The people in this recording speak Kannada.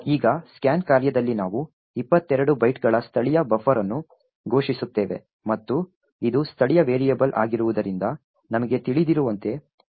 ಈಗ ಸ್ಕ್ಯಾನ್ ಕಾರ್ಯದಲ್ಲಿ ನಾವು 22 ಬೈಟ್ಗಳ ಸ್ಥಳೀಯ ಬಫರ್ ಅನ್ನು ಘೋಷಿಸುತ್ತೇವೆ ಮತ್ತು ಇದು ಸ್ಥಳೀಯ ವೇರಿಯಬಲ್ ಆಗಿರುವುದರಿಂದ ನಮಗೆ ತಿಳಿದಿರುವಂತೆ ಈ ಶ್ರೇಣಿಯನ್ನು ಸ್ಟಾಕ್ನಲ್ಲಿ ಹಂಚಲಾಗಿದೆ